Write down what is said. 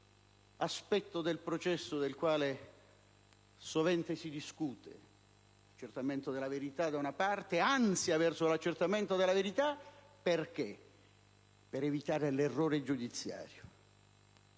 aspetto del processo, del quale sovente si discute: l'accertamento della verità, da una parte; l'ansia verso l'accertamento della verità, dall'altra. Perché? Per evitare l'errore giudiziario.